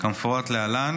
כמפורט להלן: